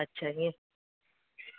अछा ईअं